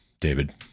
David